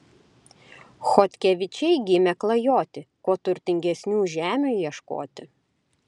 chodkevičiai gimę klajoti kuo turtingesnių žemių ieškoti